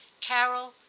Carol